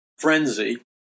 frenzy